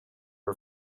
her